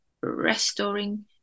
restoring